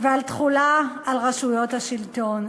ועל תחולה על רשויות השלטון.